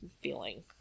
feeling